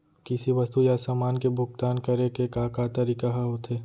किसी वस्तु या समान के भुगतान करे के का का तरीका ह होथे?